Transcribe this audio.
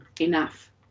enough